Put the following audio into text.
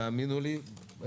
תאמינו לי,